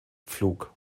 pflug